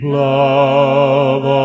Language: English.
love